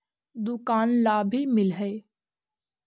दुकान ला भी मिलहै?